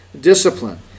discipline